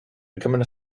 becoming